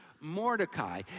Mordecai